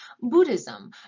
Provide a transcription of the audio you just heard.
Buddhism